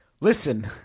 Listen